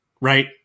right